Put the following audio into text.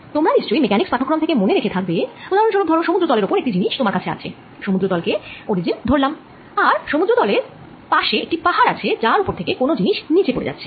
তোমরা নিশ্চই মেকানিক্স পাঠক্রম থেকে মনে রেখে থাকবে উদাহরন স্বরূপ ধর সমুদ্র তলের ওপর একটি জিনিষ তোমার কাছে আছে সমুদ্র তল কেই এখানে ওরিজিন ধরলাম আর সমুদ্রের পাসে একটি পাহাড় আছে যার ওপর থেকে কোন জিনিষ নীচে পড়ে যাচ্ছে